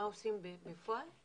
מה עושים בפועל?